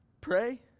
pray